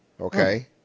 Okay